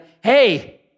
hey